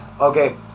okay